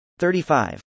35